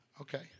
okay